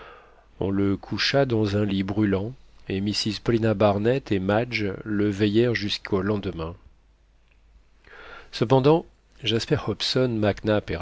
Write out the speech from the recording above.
on le coucha dans un lit brûlant et mrs paulina barnett et madge le veillèrent jusqu'au lendemain cependant jasper hobson